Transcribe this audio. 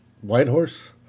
Whitehorse